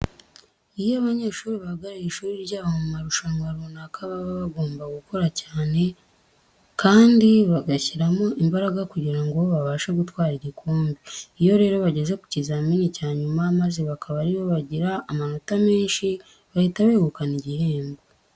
Iyo abanyeshuri bahagarariye ishuri ryabo mu marushanwa runaka baba bagomba gukora cyane kandi bagashyiramo imbaraga kugira ngo babashe gutwara igikombe. Iyo rero bageze ku kizamini cya nyuma maze bakaba ari bo bagira amanota menshi bahita begukana ibihembo.